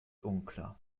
unklar